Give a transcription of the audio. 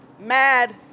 mad